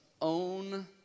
own